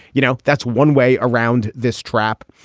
you know, that's one way around this trap.